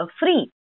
free